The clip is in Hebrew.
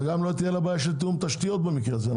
וגם לא תהיה לה בעיה של תיאום תשתיות במקרה הזה.